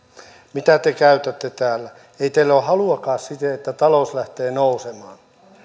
mitä te käytätte täällä ei teillä ole haluakaan siihen että talous lähtee nousemaan